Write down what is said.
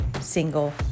single